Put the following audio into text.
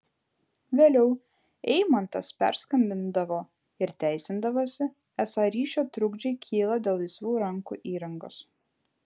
vėliau eimantas perskambindavo ir teisindavosi esą ryšio trukdžiai kyla dėl laisvų rankų įrangos